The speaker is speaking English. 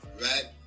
right